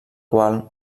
qual